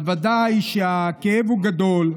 אז ודאי שהכאב הוא גדול.